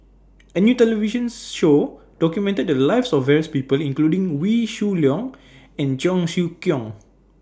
A New television Show documented The Lives of various People including Wee Shoo Leong and Cheong Siew Keong